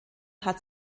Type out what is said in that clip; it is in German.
hat